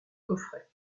coffret